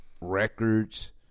Records